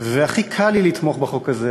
והכי קל לי לתמוך בחוק הזה